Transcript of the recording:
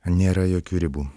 nėra jokių ribų